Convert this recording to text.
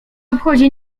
obchodzi